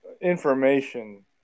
information